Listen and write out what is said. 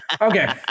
okay